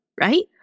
right